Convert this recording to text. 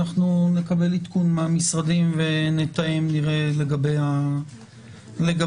אנחנו נקבל עדכון מהמשרדים ונראה לקבל ההכרזה.